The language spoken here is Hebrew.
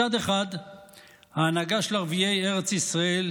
מצד אחד ההנהגה של ערביי ארץ ישראל,